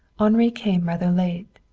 henri came rather late.